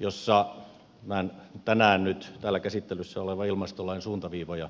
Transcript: joissa tämän tänään nyt täällä käsittelyssä olevan ilmastolain suuntaviivoja kirjoitettiin